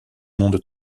monde